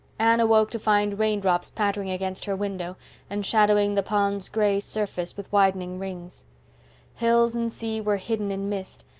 anne awoke to find raindrops pattering against her window and shadowing the pond's gray surface with widening rings hills and sea were hidden in mist,